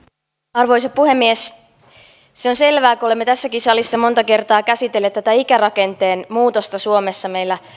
arvoisa puhemies se on selvää että kun olemme tässäkin salissa monta kertaa käsitelleet tätä ikärakenteen muutosta suomessa meillä